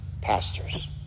pastors